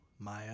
Maya